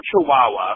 chihuahua